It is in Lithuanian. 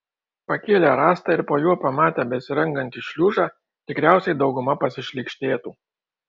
pakėlę rąstą ir po juo pamatę besirangantį šliužą tikriausiai dauguma pasišlykštėtų